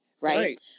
Right